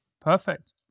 perfect